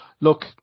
look